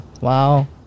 wow